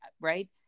right